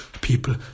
people